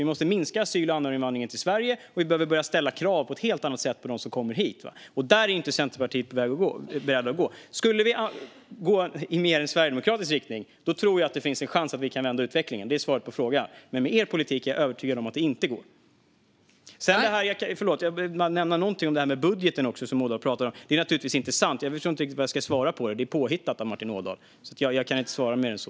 Vi måste minska asyl och anhöriginvandringen till Sverige, och vi behöver börja ställa krav på ett helt annat sätt på dem som kommer hit. Dit är inte Centerpartiet berett att gå. Skulle vi gå i en mer sverigedemokratisk riktning tror jag att det finns en chans att vända utvecklingen. Det är svaret på frågan. Men med er politik är jag övertygad om att det inte går. Jag vill bara nämna någonting om det här med budgeten, som Ådahl talar om. Det är naturligtvis inte sant. Jag förstår inte riktigt vad jag ska svara på det. Det är påhittat av Martin Ådahl. Jag kan inte svara mer än så.